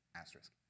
Asterisk